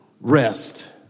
rest